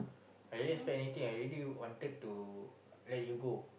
I didn't spend anything I really wanted to let you go